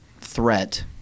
threat